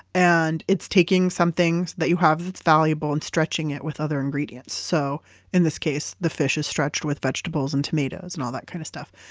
and it's taking some things that you have that's valuable and stretching it with other ingredients. so in this case the fish is stretched with vegetables and tomatoes, and all that kind of stuff.